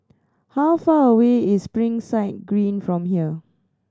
how far away is Springside Green from here